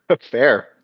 Fair